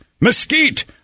mesquite